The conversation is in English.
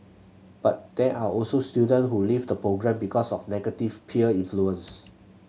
but there are also student who leave the programme because of negative peer influence